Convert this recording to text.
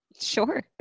Sure